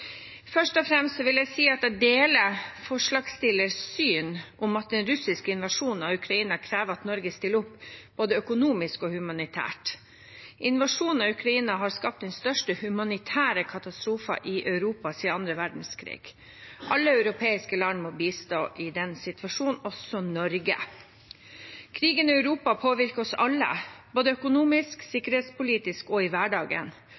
Først og fremst vil jeg si at jeg deler forslagsstillernes syn om at den russiske invasjonen av Ukraina krever at Norge stiller opp både økonomisk og humanitært. Invasjonen i Ukraina har skapt den største humanitære katastrofen i Europa siden andre verdenskrig. Alle europeiske land må bistå i den situasjonen, også Norge. Krigen i Europa påvirker oss alle, både økonomisk, sikkerhetspolitisk og i hverdagen,